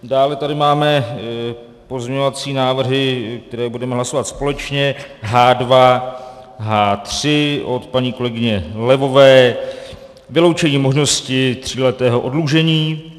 Dále tady máme pozměňovací návrhy, které budeme hlasovat společně, H2, H3 od paní kolegyně Levové, vyloučení možnosti tříletého oddlužení.